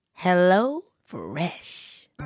HelloFresh